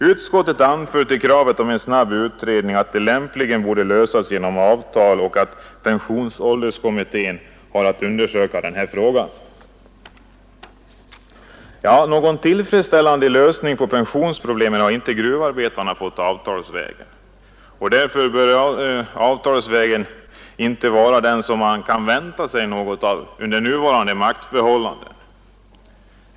Utskottet anför beträffande kravet på en snabb utredning att den här frågan lämpligen borde lösas genom avtal och att pensionsålderskommittén har att undersöka den. Men någon tillfredsställande lösning på pensionsproblemet har inte gruvarbetarna fått avtalsvägen. Därför bör avtalsvägen inte vara den som man kan vänta sig något av under nuvarande maktförhållanden.